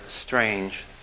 strange